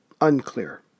unclear